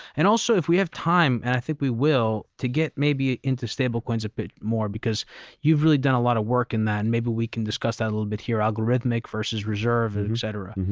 and also, if we have time, and i think we will, to get maybe into stable coins a bit more, because you've really done a lot of work in that. maybe we can discuss that a little bit here, algorithmic versus reserve, etc.